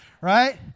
right